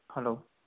hello